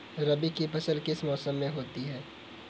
रबी की फसल किस मौसम में होती है?